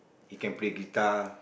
he can play guitar